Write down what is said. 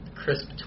crisp